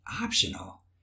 optional